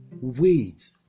Wait